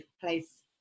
place